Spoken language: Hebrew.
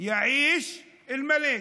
יעיש אלמליכ.